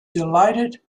delighted